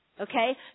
Okay